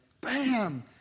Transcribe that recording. bam